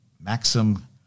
Maxim